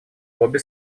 обе